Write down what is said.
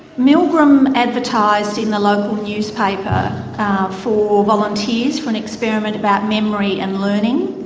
milgram advertised in the local newspaper for volunteers for an experiment about memory and learning.